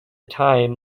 time